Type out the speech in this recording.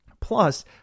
Plus